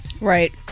Right